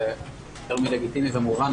זה יותר מלגיטימי ומובן,